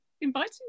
inviting